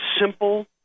simple